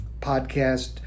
podcast